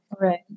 right